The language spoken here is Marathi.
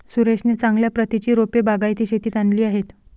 सुरेशने चांगल्या प्रतीची रोपे बागायती शेतीत आणली आहेत